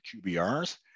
QBRs